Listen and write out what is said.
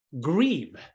Grieve